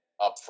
upfront